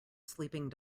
sleeping